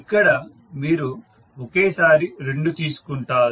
ఇక్కడ మీరు ఒకేసారి రెండు తీసుకుంటారు